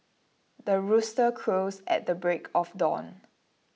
the rooster crows at the break of dawn